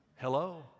Hello